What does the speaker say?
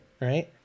right